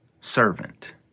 servant